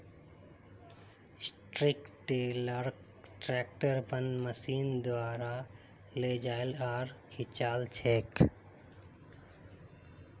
strip टीलारक ट्रैक्टरेर मन मशीनेर द्वारा लेजाल आर खींचाल जाछेक